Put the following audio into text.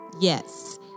Yes